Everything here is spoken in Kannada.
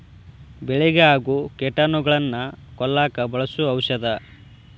ಬೆಳಿಗೆ ಆಗು ಕೇಟಾನುಗಳನ್ನ ಕೊಲ್ಲಾಕ ಬಳಸು ಔಷದ